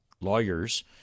lawyers